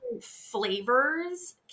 flavors